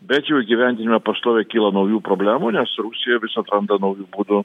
bet jų įgyvendinime pastoviai kyla naujų problemų nes rusija vis atranda naujų būdų